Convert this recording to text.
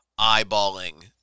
eyeballing